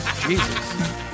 Jesus